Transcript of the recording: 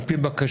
על פי בקשתי,